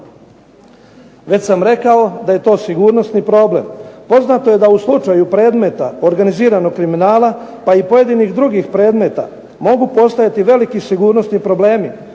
Već sam rekao da je to sigurnosni problem. Poznato je da u slučaju predmeta, organiziranog kriminala, pa i pojedinih drugih predmeta mogu postojati veliki sigurnosni problemi